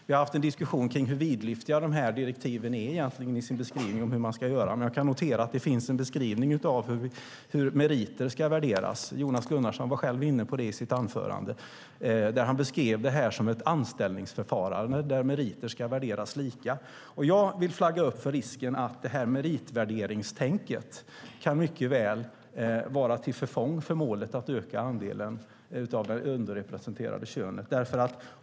Vi har haft diskussion om hur vidlyftiga direktiven egentligen är i sin beskrivning av hur man ska göra. Jag kan notera att det finns en beskrivning av hur meriter ska värderas. Jonas Gunnarsson var själv inne på det i sitt anförande, där han beskrev det som ett anställningsförfarande där meriter ska värderas lika. Jag vill flagga upp för risken för att det här meritvärderingstänket mycket väl kan vara till förfång för målet att öka andelen av det underrepresenterade könet.